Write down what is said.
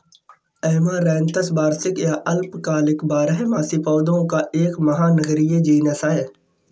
amaranthus वार्षिक या अल्पकालिक बारहमासी पौधों का एक महानगरीय जीनस है